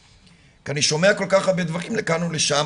כי אני שומע כל כך הרבה דברים לכאן או לשם.